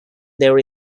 there